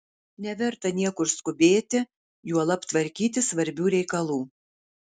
neverta niekur skubėti juolab tvarkyti svarbių reikalų